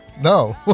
No